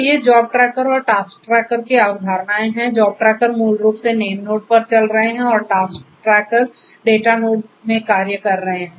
पर चल रहे हैं और टास्क ट्रैकर्स डेटा नोड में कार्य कर रहे हैं